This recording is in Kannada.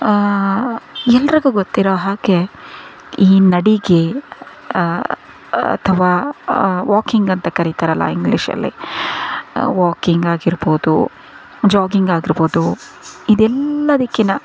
ಎಲ್ರಿಗೂ ಗೊತ್ತಿರೋ ಹಾಗೇ ಈ ನಡಿಗೆ ಅಥವಾ ವಾಕಿಂಗ್ ಅಂತ ಕರೀತಾರಲ್ಲ ಇಂಗ್ಲೀಷಲ್ಲಿ ವಾಕಿಂಗ್ ಆಗಿರ್ಬೋದು ಜಾಗಿಂಗ್ ಆಗಿರ್ಬೋದು ಇದೆಲ್ಲದಕ್ಕಿಂತ